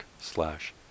slash